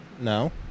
No